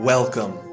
Welcome